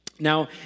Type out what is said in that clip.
Now